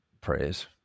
prayers